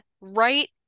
right